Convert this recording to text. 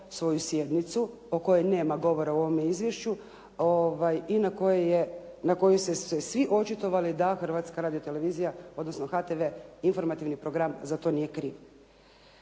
svoju sjednicu o kojoj nema govora u ovome izvješću i na koje su se svi očitovali da Hrvatska radiotelevizija, odnosno HTV informativni program za to nije kriv.